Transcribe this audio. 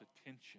attention